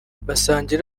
basangiye